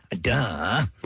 Duh